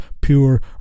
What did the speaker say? pure